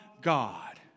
God